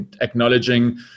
acknowledging